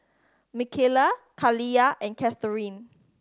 Mckayla Kaliyah and Katharine